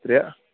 ترٛےٚ